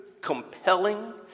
compelling